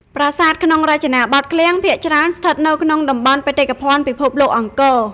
ប្រាសាទក្នុងរចនាបថឃ្លាំងភាគច្រើនស្ថិតនៅក្នុងតំបន់បេតិកភណ្ឌពិភពលោកអង្គរ។